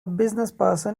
businessperson